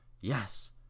Yes